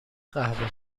قهوه